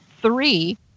three